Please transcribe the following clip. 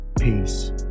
Peace